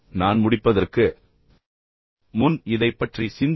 நான் முடிப்பதற்கு முன் இதைப் பற்றி சிந்தியுங்கள்